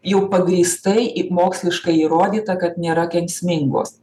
jau pagrįstai moksliškai įrodyta kad nėra kenksmingos